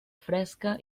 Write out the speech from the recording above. fresca